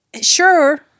sure